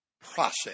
process